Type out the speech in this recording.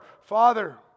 Father